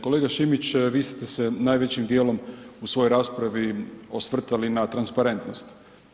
Kolega Šimić, vi ste se najvećim dijelom u svojoj raspravi osvrtali na transparentnost.